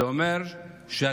זה אומר שהתוכנית